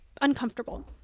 uncomfortable